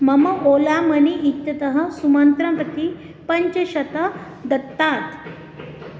मम ओला मनी इत्यतः सुमन्त्रं प्रति पञ्चशतं दत्तात्